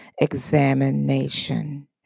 examination